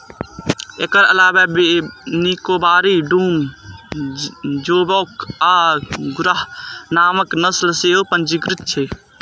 एकर अलावे निकोबारी, डूम, जोवॉक आ घुर्राह नामक नस्ल सेहो पंजीकृत छै